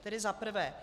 Tedy za prvé.